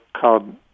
called